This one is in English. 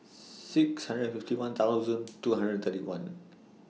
six hundred and fifty one thousand two hundred and thirty one